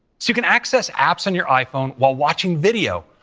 so you can access apps on your iphone while watching video,